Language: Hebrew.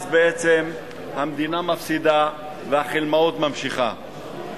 אז בעצם המדינה מפסידה והחלמאות ממשיכה.